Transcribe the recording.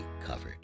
covered